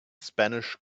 spanish